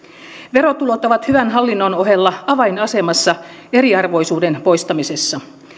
verotulot ovat hyvän hallinnon ohella avainasemassa eriarvoisuuden poistamisessa